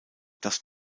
das